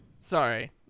Sorry